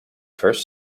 first